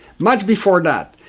much before that,